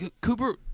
Cooper –